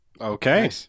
Okay